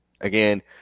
Again